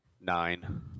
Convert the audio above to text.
Nine